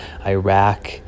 Iraq